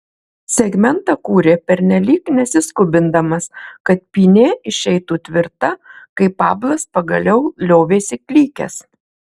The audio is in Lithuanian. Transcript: segmentą kūrė pernelyg nesiskubindamas kad pynė išeitų tvirta kai pablas pagaliau liovėsi klykęs